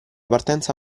partenza